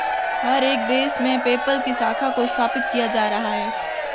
हर एक देश में पेपल की शाखा को स्थापित किया जा रहा है